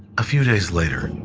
a few days later,